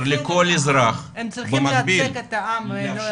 לייצג את העם.